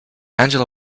angela